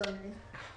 אדוני.